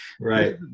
Right